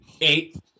Eight